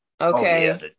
Okay